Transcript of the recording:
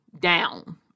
down